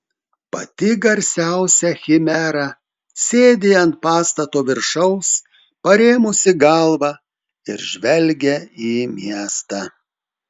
pati garsiausia chimera sėdi ant pastato viršaus parėmusi galvą ir žvelgia į miestą